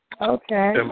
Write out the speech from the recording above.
Okay